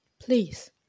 Please